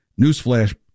Newsflash